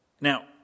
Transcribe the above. Now